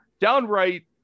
downright